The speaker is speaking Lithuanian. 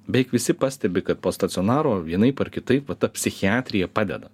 beveik visi pastebi kad po stacionaro vienaip ar kitaip va ta psichiatrija padeda